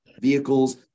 vehicles